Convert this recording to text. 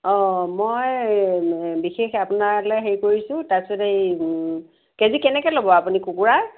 অ মই বিশেষ আপোনালৈ হেৰি কৰিছোঁ তাৰপিছতে এই কেজি কেনেকৈ ল'ব আপুনি কুকুৰাৰ